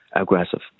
aggressive